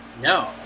No